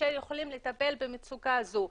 אשר יכולים לטפל במצוקה זו.